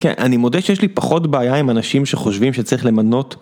כן, אני מודה שיש לי פחות בעיה עם אנשים שחושבים שצריך למנות